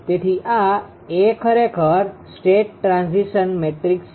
તેથી આ A ખરેખર સ્ટેટ ટ્રાન્ઝીશન મેટ્રિક્સ છે